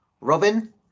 Robin